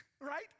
right